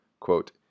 quote